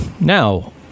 Now